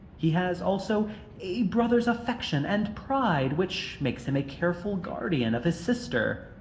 he has also a brother's affection and pride which makes him a careful guardian of his sister.